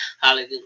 Hallelujah